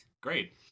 Great